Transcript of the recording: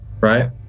right